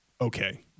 okay